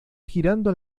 girando